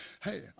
hey